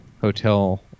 hotel